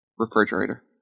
refrigerator